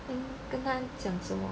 跟跟他讲什么